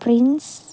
prince